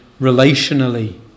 relationally